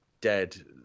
dead